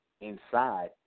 inside